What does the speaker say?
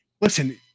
listen